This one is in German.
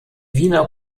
wiener